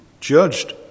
judged